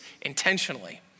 intentionally